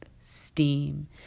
steam